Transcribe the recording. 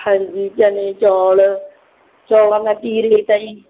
ਹਾਂਜੀ ਚਨੇ ਚੌਲ ਚੌਲਾਂ ਦਾ ਕੀ ਰੇਟ ਹੈ ਜੀ